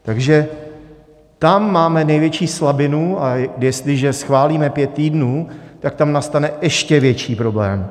Takže tam máme největší slabinu, a jestliže schválíme pět týdnů, tak tam nastane ještě větší problém.